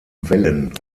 wellen